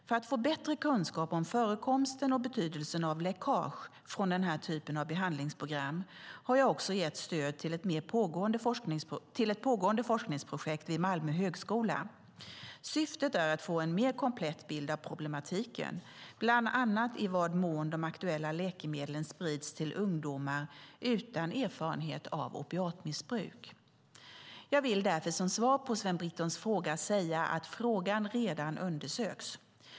För att få bättre kunskap om förekomsten och betydelsen av läckage från den här typen av behandlingsprogram har jag också gett stöd till ett pågående forskningsprojekt vid Malmö högskola. Syftet är att få en mer komplett bild av problematiken, bland annat i vad mån de aktuella läkemedlen sprids till ungdomar utan erfarenhet av opiatmissbruk. Jag vill därför som svar på Sven Brittons interpellation säga att frågan redan undersöks.